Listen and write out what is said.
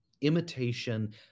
Imitation